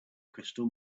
crystal